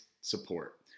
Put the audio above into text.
support